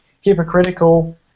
hypocritical